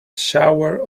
shower